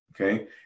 Okay